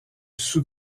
sous